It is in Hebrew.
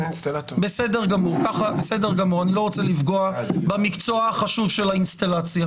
אני לא רוצה לפגוע במקצוע החשוב של האינסטלציה.